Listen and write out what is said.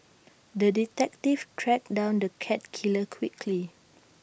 the detective tracked down the cat killer quickly